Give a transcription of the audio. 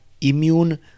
immune